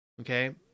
okay